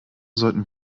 sollten